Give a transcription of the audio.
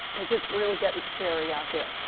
because it's really getting scary out there.